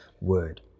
word